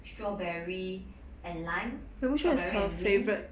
strawberry and lime strawberry and mint